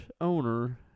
owner